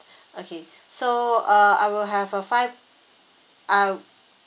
okay so uh I will have a five I'll